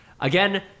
again